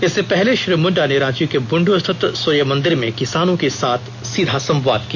इससे पहले श्री मुंडा ने रांची के बुंडू स्थित सूर्य मंदिर में किसानों के साथ सीधा संवाद किया